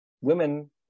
Women